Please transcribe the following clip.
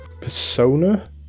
Persona